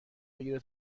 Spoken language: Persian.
بگیره